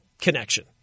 connection